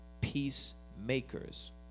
peacemakers